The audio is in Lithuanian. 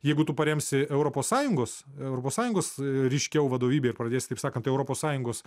jeigu tu paremsi europos sąjungos europos sąjungos ryškiau vadovybę ir pradėsi taip sakant europos sąjungos